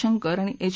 शंकर आणि एच